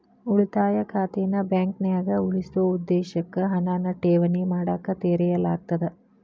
ಉಳಿತಾಯ ಖಾತೆನ ಬಾಂಕ್ನ್ಯಾಗ ಉಳಿಸೊ ಉದ್ದೇಶಕ್ಕ ಹಣನ ಠೇವಣಿ ಮಾಡಕ ತೆರೆಯಲಾಗ್ತದ